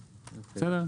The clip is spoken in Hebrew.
בסדר?